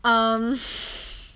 um